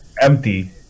empty